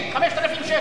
5,000 שקל.